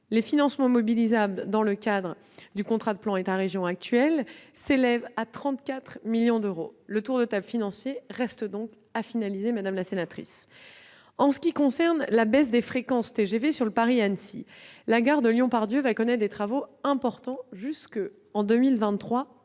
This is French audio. Les financements mobilisables dans le cadre du contrat de plan État-région actuel s'élèvent à 34 millions d'euros : le tour de table financier reste donc à finaliser. En ce qui concerne la baisse des fréquences TGV sur le Paris-Annecy, la gare de Lyon-Part-Dieu va connaître des travaux importants au moins jusqu'en 2023.